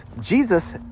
Jesus